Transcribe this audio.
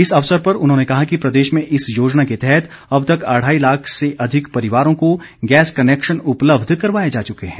इस अवसर पर उन्होंने कहा कि प्रदेश में इस योजना के तहत अब तक अढ़ाई लाख से अधिक परिवारों को गैस कनेक्शन उपलब्ध करवाए जा चुके हैं